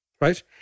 right